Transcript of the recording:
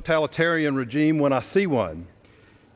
totalitarian regime when i see one